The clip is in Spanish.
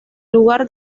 lugar